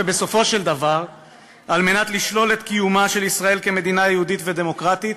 ובסופו של דבר על מנת לשלול את קיומה של ישראל כמדינה יהודית ודמוקרטית,